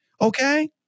Okay